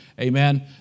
Amen